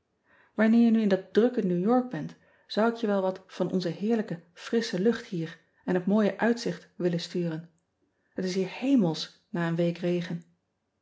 anneer je nu in dat drukke ew ork bent zou ik je wel wat van onze heerlijke frissche lucht hier en het mooie uitzicht willen sturen et is hier hemelsch na een week regen